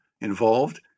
involved